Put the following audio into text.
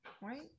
right